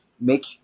make